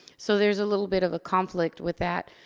so there's a little bit of a conflict with that.